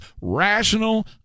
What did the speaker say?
rational